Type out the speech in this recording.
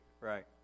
right